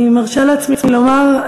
אני מרשה לעצמי לומר,